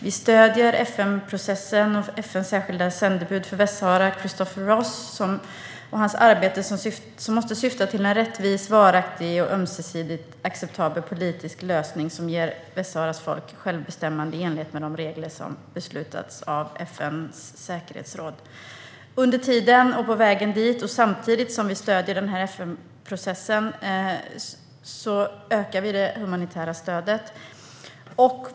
Vi stöder FN-processen och FN:s särskilda sändebud för Västsahara, Christopher Ross, och hans arbete som syftar till en rättvis, varaktig och ömsesidigt acceptabel politisk lösning som ger Västsaharas folk självbestämmande i enlighet med de regler som har beslutats av FN:s säkerhetsråd. Under tiden, på vägen dit och samtidigt som vi stöder FN-processen ökar vi det humanitära stödet.